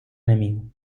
enemigo